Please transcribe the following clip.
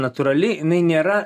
natūrali jinai nėra